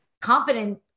confident